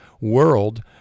world